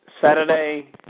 Saturday